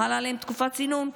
חלה עליהם תקופת צינון.